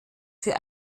für